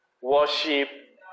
worship